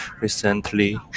recently